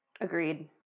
Agreed